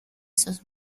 sus